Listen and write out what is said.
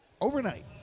Overnight